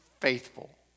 faithful